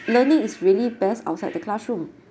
learning is really best outside the classroom